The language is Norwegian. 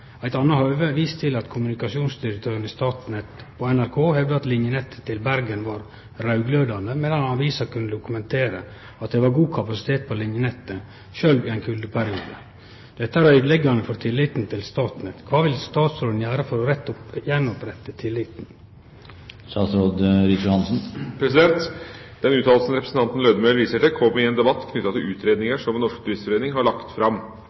eit anna høve vist til at kommunikasjonsdirektøren i Statnett, på NRK, hevda at linenettet til Bergen var raudglødande medan avisa kunne dokumentere at det var god kapasitet på linenettet, sjølv i ein kuldeperiode. Dette er øydeleggande for tilliten til Statnett. Kva vil statsråden gjere for å gjenopprette tilliten?» Den uttalelsen representanten Lødemel viser til, kom i en debatt knyttet til utredninger som Den Norske Turistforening har lagt fram.